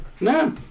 No